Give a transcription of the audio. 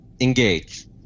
Engage